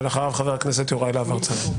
ואחריו חבר הכנסת יוראי להב הרצנו.